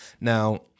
Now